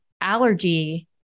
allergy